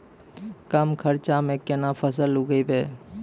कम खर्चा म केना फसल उगैबै?